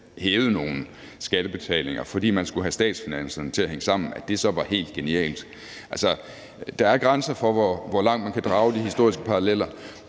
hævede nogle skattebetalinger, fordi man skulle have statsfinanserne til at hænge sammen. Der er grænser for, hvor langt man kan drage de historiske paralleller,